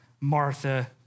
Martha